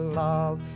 love